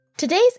Today's